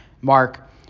Mark